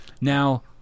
Now